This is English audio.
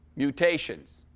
mutations,